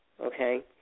okay